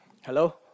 Hello